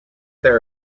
there